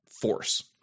force